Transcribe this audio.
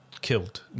killed